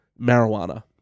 marijuana